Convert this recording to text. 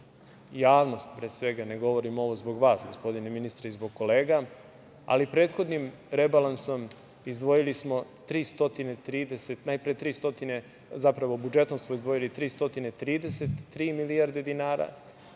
javnost pre svega, ne govorim ovo zbog vas gospodine ministre i zbog kolega, ali prethodnim rebalansom izdvojili smo 330, zapravo budžetom smo izdvojili 333 milijarde dinara,